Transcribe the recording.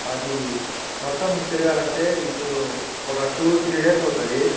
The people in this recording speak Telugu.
అది మొత్తం తిరగాలంటే ఇప్పుడు ఓక టు త్రీ డేస్ అవుతుంది